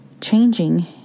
changing